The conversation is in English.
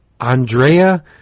Andrea